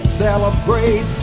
celebrate